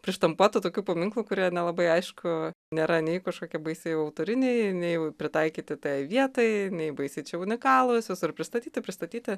prištampuota tokių paminklų kurie nelabai aišku nėra nei kažkokie baisiai autoriniai nei pritaikyti tai vietai nei baisiai čia unikalūs visur pristatyti pristatyti